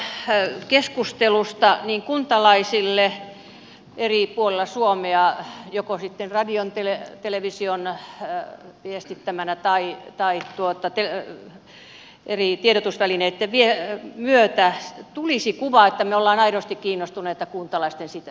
toivoisin että tästä keskustelusta kuntalaisille eri puolella suomea joko sitten radion television viestittämänä tai eri tiedotusvälineitten myötä tulisi kuva että me olemme aidosti kiinnostuneita kuntalaisten hyvinvoinnista